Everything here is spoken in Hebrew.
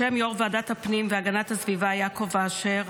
בשם יו"ר ועדת הפנים והגנת הסביבה יעקב אשר,